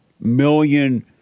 million